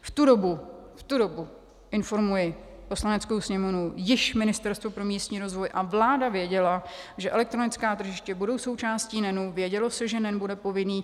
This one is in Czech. V tu dobu v tu dobu, informuji Poslaneckou sněmovnu již Ministerstvo pro místní rozvoj a vláda věděly, že elektronická tržiště budou součástí NEN, vědělo se, že NEN bude povinný.